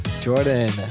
Jordan